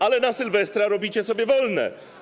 Ale na sylwestra robicie sobie wolne.